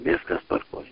viskas tvarkoj